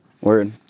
word